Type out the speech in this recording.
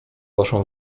waszą